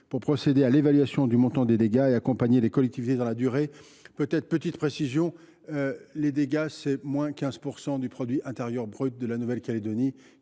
pour procéder à l’évaluation du montant des dégâts et accompagner les collectivités dans la durée. J’ajoute une petite précision : les dégâts ont conduit à une baisse de 15 % du produit intérieur brut de la Nouvelle Calédonie…